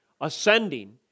ascending